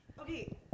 Okay